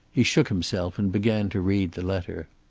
he shook himself and began to read the letter.